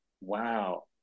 Wow